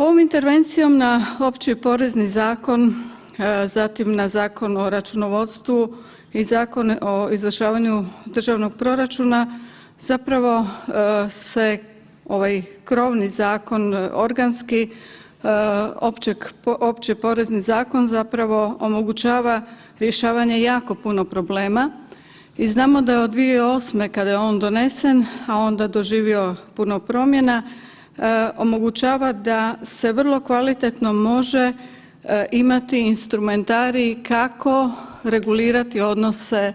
Ovom intervencijom na Opći porezni zakon zatim na Zakon o računovodstvu i Zakon o izvršavanju državnog proračuna zapravo se ovaj krovni zakon, organski, Opći porezni zakon zapravo omogućava rješavanje jako puno problema i znamo da je od 2008. kada je on donesen, a onda doživio puno promjena, omogućava da se vrlo kvalitetno može imati instrumentarij kako regulirati odnose